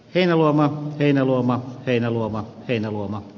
heinäluoma heinäluoma heinäluoma heinäluoma